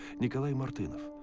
nikolay martynov,